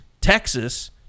Texas